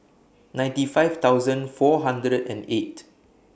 ninety five thousand four hundred and eight